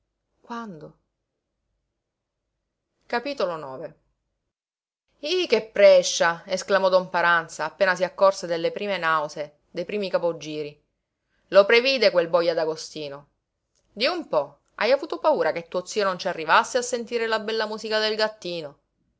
sgomento quando ih che prescia esclamò don paranza appena si accorse delle prime nausee dei primi capogiri lo previde quel boja d'agostino di un po hai avuto paura che tuo zio non ci arrivasse a sentire la bella musica del gattino